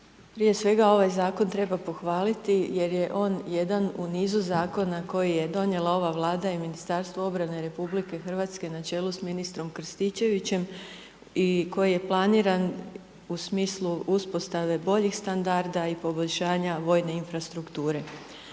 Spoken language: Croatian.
prije svega ovaj zakon treba pohvaliti jer je on jedan u nizu zakona koji je donijela ova vlada i Ministarstvo obrane RH načelu s ministrom Krstičevićem i koji je planiran u smislu uspostave boljih standarda i poboljšanja vojne infrastrukture.